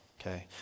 Okay